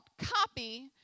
copy